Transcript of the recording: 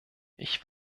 ich